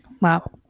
Wow